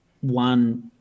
one